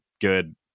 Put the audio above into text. good